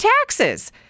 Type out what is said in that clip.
taxes